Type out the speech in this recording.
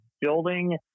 building